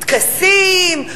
טקסים,